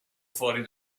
fuori